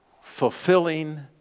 fulfilling